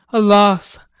alas!